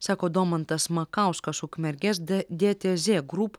sako domantas makauskas ukmergės d dtz group